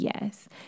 yes